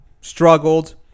Struggled